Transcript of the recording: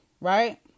Right